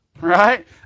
Right